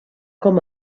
com